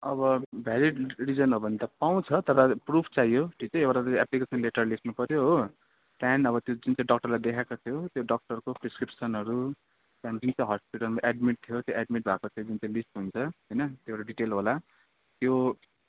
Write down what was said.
अब valid reason हो भने त पाउँछ तर प्रुफ चाहियो ठिकै एउटा एप्लिकेसन लेटर लेख्नु पऱ्यो हो त्यहाँदेखि अब त्यो जुन चाहिँ डक्टरलाई देखाएको थियो त्यो डक्टरको प्रिस्क्रिप्सनहरू त्यहाँदेखि जुन चाहिँ हस्पिटलमा एडमिट थियो त्यो एडमिट भएको त्यो जुन चाहिँ लिस्ट हुन्छ होइन त्यो एउटा डिटेल होला त्यो